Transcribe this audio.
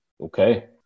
Okay